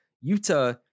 Utah